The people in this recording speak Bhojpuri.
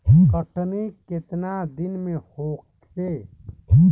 कटनी केतना दिन में होखे?